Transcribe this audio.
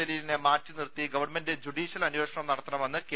ജലീലിനെ മാറ്റിനിർത്തി government judicial അന്വേഷണം നടത്തണമെന്ന് കെ